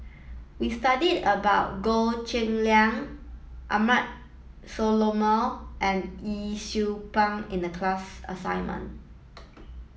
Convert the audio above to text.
we studied about Goh Cheng Liang Abraham Solomon and Yee Siew Pun in the class assignment